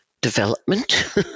development